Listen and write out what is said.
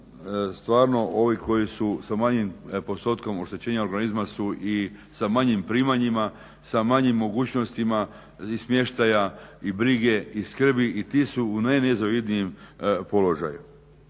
stvarno ovi koji su sa manjim postotkom oštećenja organizma su i sa manjim primanjima, sa manjim mogućnostima i smještaja i brige i skrbi i ti su u najnezavidnijem položaju.